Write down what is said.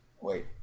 Wait